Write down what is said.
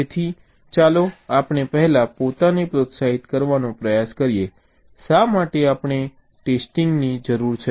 તેથી ચાલો આપણે પહેલા પોતાને પ્રોત્સાહિત કરવાનો પ્રયાસ કરીએ શા માટે આપણને ટેસ્ટિંગની જરૂર છે